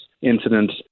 incidents